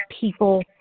people